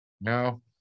No